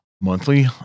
Monthly